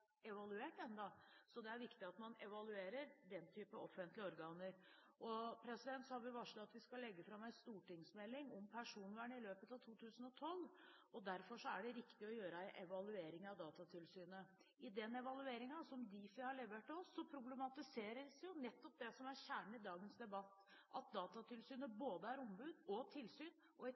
så det er viktig at man evaluerer den type offentlige organer. Så har vi varslet at vi skal legge fram en stortingsmelding om personvern i løpet av 2012. Derfor er det riktig å gjøre en evaluering av Datatilsynet. I den evalueringen som Difi har levert oss, problematiseres nettopp det som er kjernen i dagens debatt, at Datatilsynet er både ombud og tilsyn og